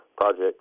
project